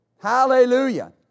Hallelujah